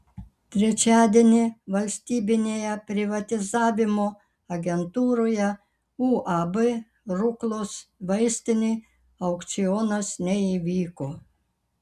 trečiadienį valstybinėje privatizavimo agentūroje uab ruklos vaistinė aukcionas neįvyko